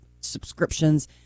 subscriptions